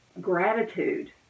gratitude